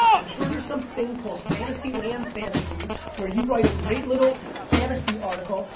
i'm sure there's something called fantasyland fantasy where you write a great little fantasy article,